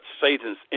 Satan's